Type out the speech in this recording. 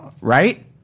right